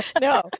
No